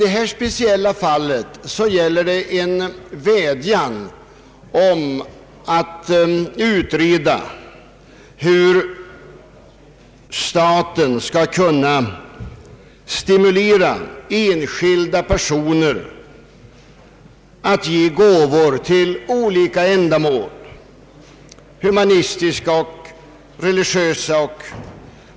Den nu aktuella motionen gäller en vädjan om att utreda hur staten skall kunna stimulera enskilda personer att lämna gåvor till olika ändamål, humanitära och religiösa.